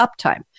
uptime